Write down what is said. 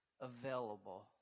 available